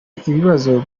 ibibazo